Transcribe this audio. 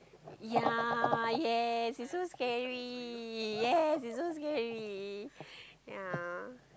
ya yes it's so scary yes it's so scary ya